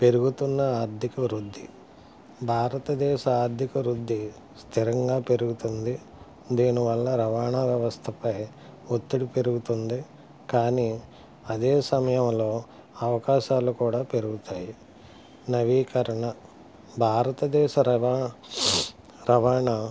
పెరుగుతున్న ఆర్థిక వృద్ధి భారతదేశ ఆర్థిక వృద్ధి స్థిరంగా పెరుగుతుంది దీనివల్ల రవాణా వ్యవస్థపై ఒత్తిడి పెరుగుతుంది కానీ అదే సమయంలో అవకాశాలు కూడా పెరుగుతాయి నవీకరణ భారతదేశ రవాణా రవాణా